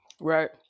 Right